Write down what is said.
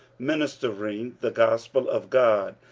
ministering the gospel of god,